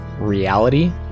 reality